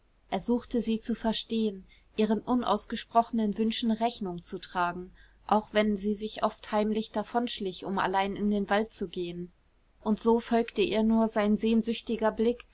er suchte sie zu verstehen ihren unausgesprochenen wünschen rechnung zu tragen auch wenn sie sich oft heimlich davonschlich um allein in den wald zu gehen und so folgte ihr nur sein sehnsüchtiger blick